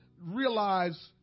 realize